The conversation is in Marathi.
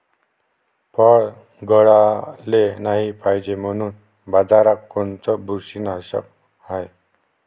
फळं गळाले नाही पायजे म्हनून बाजारात कोनचं बुरशीनाशक हाय?